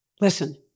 Listen